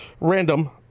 Random